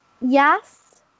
yes